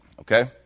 Okay